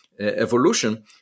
evolution